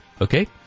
Okay